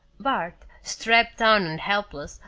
bart, strapped down and helpless,